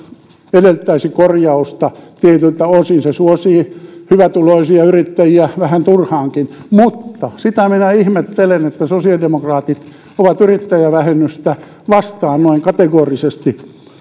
edellyttäisi korjausta tietyiltä osin se suosii hyvätuloisia yrittäjiä vähän turhaankin mutta sitä minä ihmettelen että sosiaalidemokraatit ovat yrittäjävähennystä vastaan noin kategorisesti